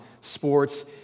sports